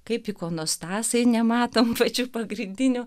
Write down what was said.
kaip ikonostasai nematom pačių pagrindinių